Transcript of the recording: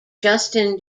justin